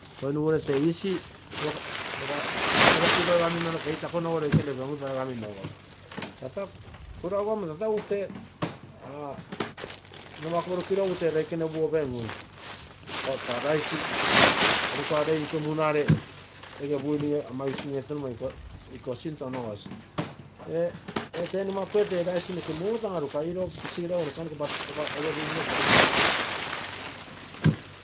Rice lopa torekiro oigaminogo. Keitakonogo amo tata tee numoaku porukiro egu tee roikene upugu opengui, ako taa rice arukarei nke munare ege buinige ama using etoromoi iko sinto onogoi ee tee mumakuge tee nagai pisigerego noke lopa buinige tounoke.